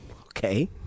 Okay